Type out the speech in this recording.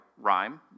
rhyme